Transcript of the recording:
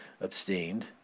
abstained